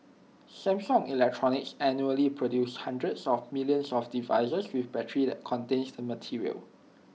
Samsung electronics annually produces hundreds of millions of devices with batteries that contains the material